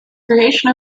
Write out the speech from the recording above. creation